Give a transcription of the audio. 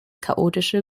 chaotische